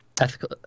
Ethical